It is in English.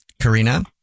Karina